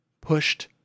pushed